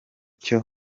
cyo